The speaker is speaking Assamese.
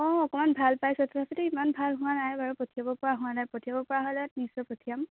অঁ অকণমান ভাল পাইছে তথাপিতো ইমান ভাল হোৱা নাই বাৰু পঠিয়াব পৰা হোৱা নাই পঠিয়াব পৰা হ'লে নিশ্চয় পঠিয়াম